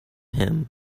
him